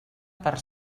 per